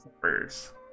first